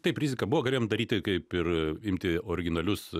taip rizika buvo galėjom daryti kaip ir imti originalius